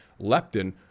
leptin